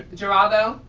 geraldo.